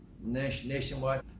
nationwide